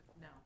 No